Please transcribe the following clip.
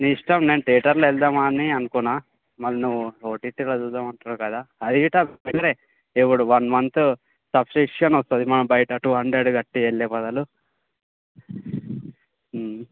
నీ ఇష్టం నేను థియేటర్లో వెళ్దాం అని అనుకున్నాను మరి నువ్వు ఓటీటీలో చూద్దాం అంటున్నావు కదా అది గిట్ట బెటర్ ఇప్పుడు వన్ మంత్ సబ్స్క్రిప్షన్ వస్తుంది మనం బయట టూ హండ్రడ్ కట్టి వెళ్ళే బదులు